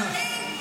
ממש לא.